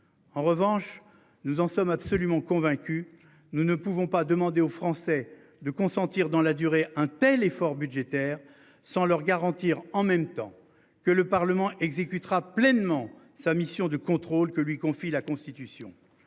En revanche, nous en sommes absolument convaincus, nous ne pouvons pas demander aux Français de consentir dans la durée un tel effort budgétaire sans leur garantir en même temps que le Parlement exécutera pleinement sa mission de contrôle que lui confie la Constitution